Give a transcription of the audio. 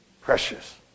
Precious